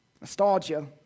Nostalgia